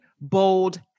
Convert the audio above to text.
bold